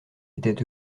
étaient